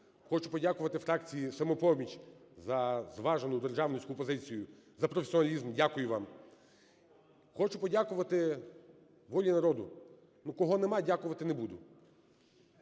хочу подякувати фракції "Самопоміч" за зважену державницьку позицію, за професіоналізм, дякую вам. Хочу подякувати "Волі народу". Ну, кого нема, дякувати не буду.